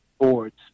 boards